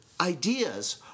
ideas